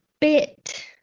bit